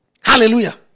Hallelujah